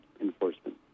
enforcement